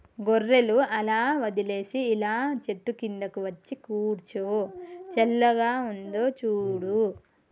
గొర్రెలు అలా వదిలేసి ఇలా చెట్టు కిందకు వచ్చి కూర్చో చల్లగా ఉందో చూడు